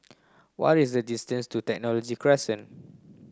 what is the distance to Technology Crescent